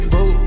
Boo